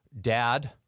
dad